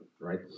right